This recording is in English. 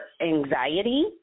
anxiety